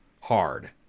hard